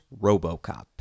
RoboCop